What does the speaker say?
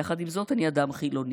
יחד עם זאת, אני אדם חילוני.